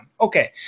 Okay